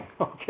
okay